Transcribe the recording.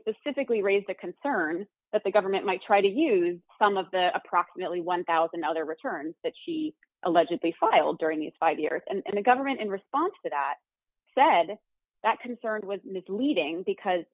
specifically raised the concern that the government might try to use some of the approximately one thousand dollars other returns that she allegedly filed during these five years and the government in response to that said that concerned with misleading because